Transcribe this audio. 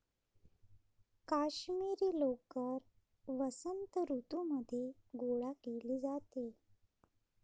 काश्मिरी लोकर वसंत ऋतूमध्ये गोळा केली जाते